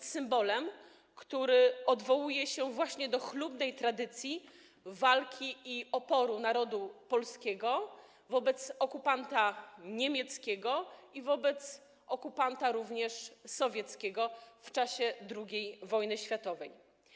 symbolem, który odwołuje się do chlubnej tradycji walki i oporu narodu polskiego wobec okupanta niemieckiego, jak również wobec okupanta sowieckiego w czasie II wojny światowej.